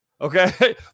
Okay